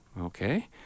Okay